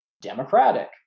democratic